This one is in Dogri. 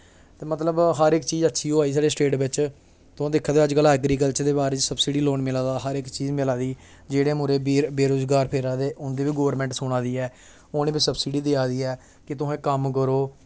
ते मतलब हर इक चीज अच्छी होआ दी साढ़े स्टेट बिच तुस दिक्खा दे अज्ज कल एग्रीकल्चर दे बारै च सब्सिडी लोन मिला दा हर इक चीज मिला दी जेह्ड़े मुड़े बेरोजगार फिरा दे ऐ उं'दी बी गौरमेंट सुना दी ऐ उ'नें ई बी सब्सिडी देआ दी ऐ कि तुसें कम्म करो